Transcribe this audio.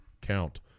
count